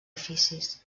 oficis